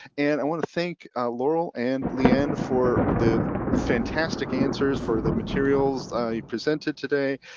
and i wanna thank laurel and lee ann for the fantastic answers for the materials you presented today.